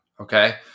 Okay